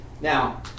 now